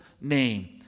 name